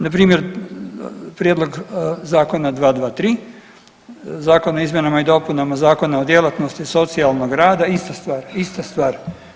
Npr. prijedlog zakona 223, Zakon o izmjenama i dopunama Zakona o djelatnosti socijalnog rada ista star, ista stvar.